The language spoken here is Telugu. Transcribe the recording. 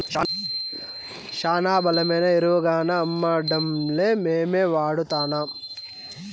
శానా బలమైన ఎరువుగాన్నా అమ్మడంలే మేమే వాడతాన్నం